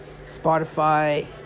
Spotify